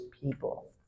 people